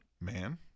Man